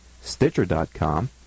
Stitcher.com